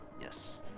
Yes